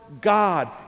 God